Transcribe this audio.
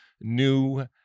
new